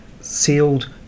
sealed